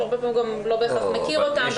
שהרבה פעמים הוא לא בהכרח מכיר אותם,